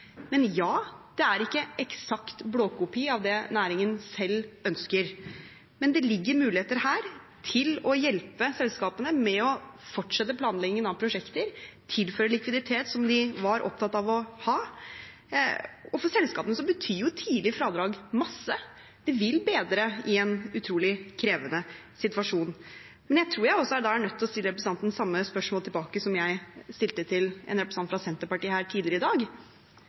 Det er ikke en eksakt blåkopi av det næringen selv ønsker, men det ligger muligheter her til å hjelpe selskapene med å fortsette planleggingen av prosjekter og å tilføre likviditet, som de var opptatt av å ha. For selskapene betyr tidlige fradrag masse. Det vil bedre en utrolig krevende situasjon. Jeg tror jeg er nødt til å stille representanten det samme spørsmålet jeg stilte til en representant for Senterpartiet tidligere i dag: